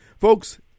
Folks